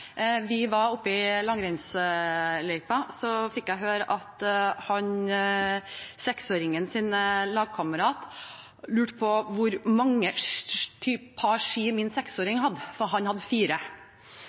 vi var i langrennsløypa, fikk jeg høre at seksåringens lagkamerat lurte på hvor mange skipar min seksåring hadde, for han hadde fire par.